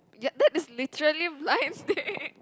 ya that is literally blind date